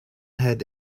had